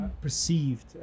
Perceived